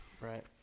Right